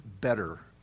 better